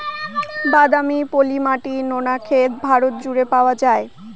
বাদামি, পলি মাটি, নোনা ক্ষেত ভারত জুড়ে পাওয়া যায়